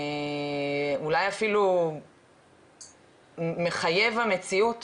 אולי אפילו מחייב במציאות